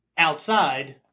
outside